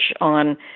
on